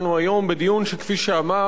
שכפי שאמר חברי,